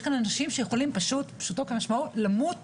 יש כאן אנשים שיכולים פשוטו כמשמעו למות